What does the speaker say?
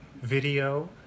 video